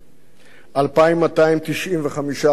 2,295 אקדמאים,